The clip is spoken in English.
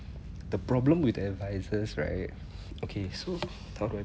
the problem with advisers right okay so how do I